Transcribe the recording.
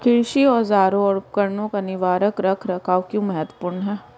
कृषि औजारों और उपकरणों का निवारक रख रखाव क्यों महत्वपूर्ण है?